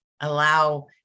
allow